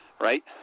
right